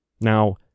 Now